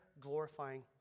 glorifying